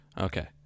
Okay